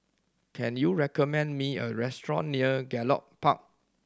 can you recommend me a restaurant near Gallop Park